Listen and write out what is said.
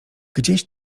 gdzieś